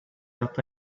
that